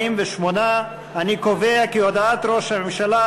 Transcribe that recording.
48. אני קובע כי הודעת ראש הממשלה,